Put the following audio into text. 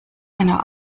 einer